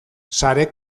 sare